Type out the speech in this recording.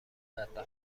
بدبختا